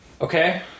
Okay